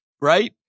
right